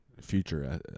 future